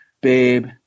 babe